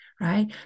right